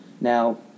Now